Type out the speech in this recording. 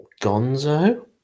gonzo